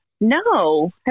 No